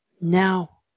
Now